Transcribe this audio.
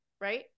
Right